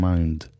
Mind